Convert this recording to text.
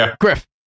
Griff